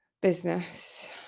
business